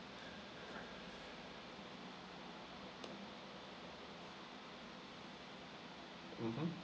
mmhmm